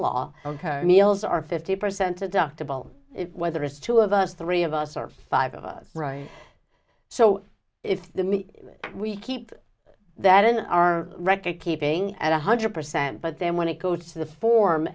law meals are fifty percent adoptable whether it's two of us three of us or five of us right so if the me we keep that in our record keeping at one hundred percent but then when it goes to the form